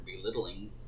belittling